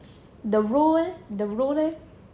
the roll leh the roll leh